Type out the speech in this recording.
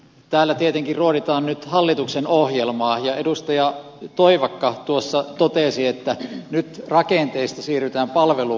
täällä tietenkin ruoditaan nyt hallituksen ohjelmaa ja edustaja toivakka tuossa totesi että nyt rakenteista siirrytään palvelu uudistukseen